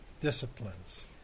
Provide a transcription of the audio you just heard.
disciplines